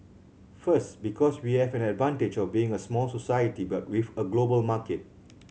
first because we have an advantage of being a small society but with a global market